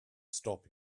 stop